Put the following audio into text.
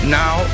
now